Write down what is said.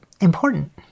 important